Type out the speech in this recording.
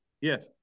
yes